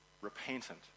repentant